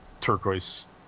turquoise